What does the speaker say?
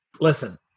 Listen